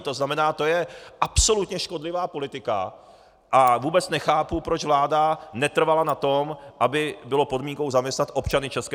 To znamená, to je absolutně škodlivá politika a vůbec nechápu, proč vláda netrvala na tom, aby bylo podmínkou zaměstnat občany ČR.